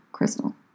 Crystal